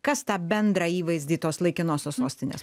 kas tą bendrą įvaizdį tos laikinosios sostinės